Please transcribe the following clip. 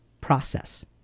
process